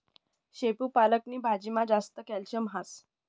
शेपू पालक नी भाजीमा जास्त कॅल्शियम हास